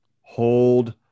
hold